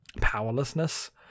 powerlessness